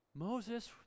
Moses